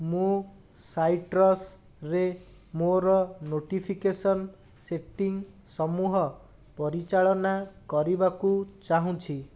ମୁଁ ସାଇଟ୍ରସ୍ ରେ ମୋର ନୋଟିଫିକେସନ୍ ସେଟିଂ ସମୂହ ପରିଚାଳନା କରିବାକୁ ଚାହୁଁଛି